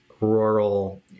rural